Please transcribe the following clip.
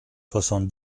soixante